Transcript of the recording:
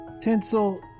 Tinsel